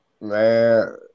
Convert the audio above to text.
man